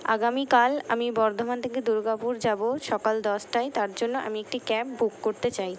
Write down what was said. আগামীকাল আমি বর্ধমান থেকে দুর্গাপুর যাব সকাল দশটায় তার জন্য আমি একটি ক্যাব বুক করতে চাই